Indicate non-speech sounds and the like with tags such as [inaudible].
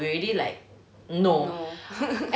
no [laughs]